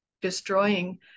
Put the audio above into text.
destroying